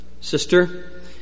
sister